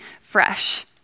fresh